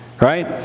right